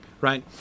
right